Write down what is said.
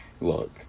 look